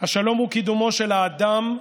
השלום הוא קידומו של האדם,